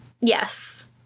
Yes